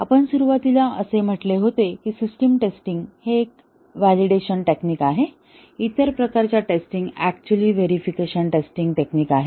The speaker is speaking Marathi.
आपण सुरुवातीला असे म्हटले होते की सिस्टम टेस्टिंग हे एक व्हॅलिडेशन टेक्निक आहे इतर प्रकारच्या टेस्टिंग अक्चुअली व्हेरिफिकेशन टेक्निक आहेत